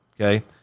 Okay